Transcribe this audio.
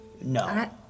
No